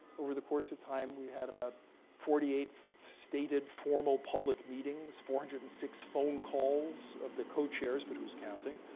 over the course of time, we had about forty eight stated, formal public meetings, four hundred and six phone calls of the co-chairs but who's counting?